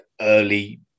early